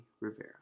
Rivera